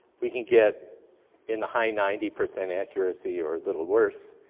we can get in the high ninety percent accuracy or a little worse.